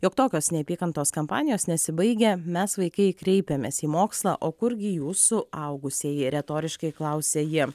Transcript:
jog tokios neapykantos kampanijos nesibaigia mes vaikai kreipėmės į mokslą o kurgi jūs suaugusieji retoriškai klausė ji